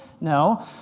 No